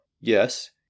Yes